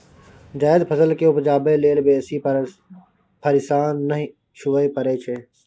जायद फसल केँ उपजाबै लेल बेसी फिरेशान नहि हुअए परै छै